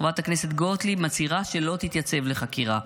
חברת הכנסת גוטליב מצהירה שלא תתייצב לחקירה.